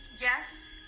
Yes